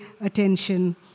attention